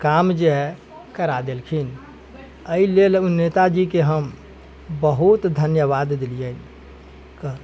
काम जे हइ करा देलखिन एहि लेल ओ नेताजीके हम बहुत धन्यवाद देलियनि कर